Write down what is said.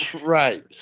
Right